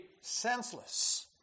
senseless